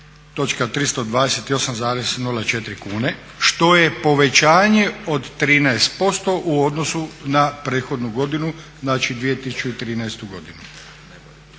903.328,04 kuna što je povećanje od 13% u odnosu na prethodnu 2013.godinu.